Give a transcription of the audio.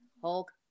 Hulk